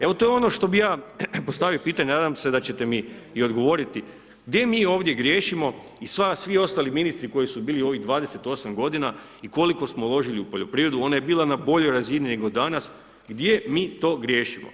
Evo to je ono što bih ja postavio pitanje, nadam se da ćete mi i odgovoriti, gdje mi ovdje griješimo i svi ostali ministri koji su bili u ovih 28 godina i koliko smo uložili u poljoprivredu, ona je bila na boljoj razini nego danas, gdje mi to griješimo?